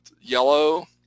yellow